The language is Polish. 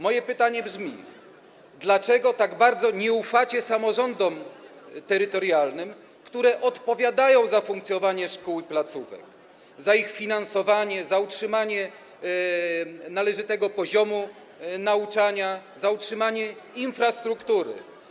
Moje pytanie brzmi: Dlaczego tak bardzo nie ufacie samorządom terytorialnym, które odpowiadają za funkcjonowanie szkół i placówek, za ich finansowanie, za utrzymanie należytego poziomu nauczania, za utrzymanie infrastruktury?